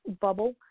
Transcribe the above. bubble